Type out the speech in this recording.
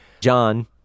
John